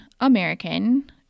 American